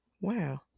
wow